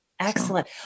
Excellent